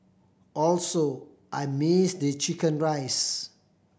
also I miss they chicken rice